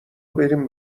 برین